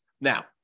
Now